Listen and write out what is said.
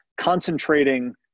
Concentrating